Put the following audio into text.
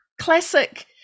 classic